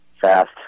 fast